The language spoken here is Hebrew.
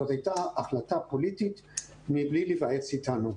זו הייתה החלטה פוליטית מבלי להיוועץ אתנו.